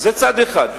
זה צד אחד.